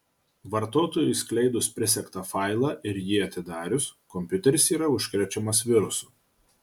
vartotojui išskleidus prisegtą failą ir jį atidarius kompiuteris yra užkrečiamas virusu